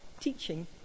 teaching